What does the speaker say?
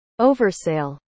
oversale